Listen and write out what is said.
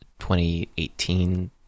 2018